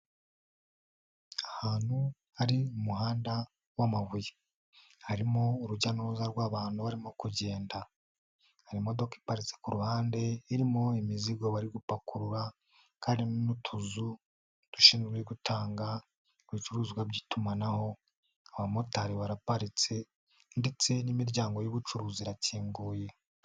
Ahantu hari umuhanda w'amabuye. Harimo urujyauruza rw'abantu barimo kugenda, hari imodoka iparitse ku ruhande irimo imizigo bari gupakurura, hari n'utuzu dushinzwe gutanga ibicuruzwa by'itumanaho, abamotari baraparitse ndetse n'imiryango y'ubucuruzi irakinguye.